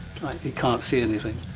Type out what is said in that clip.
he can't see anything.